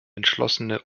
entschlossene